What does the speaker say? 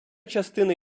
частина